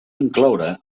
incloure